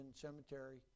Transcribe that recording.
Cemetery